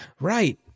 Right